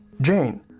Jane